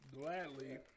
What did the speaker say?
Gladly